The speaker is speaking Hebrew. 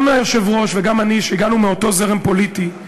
גם היושב-ראש וגם אני, שהגענו מאותו זרם פוליטי,